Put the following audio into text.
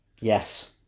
Yes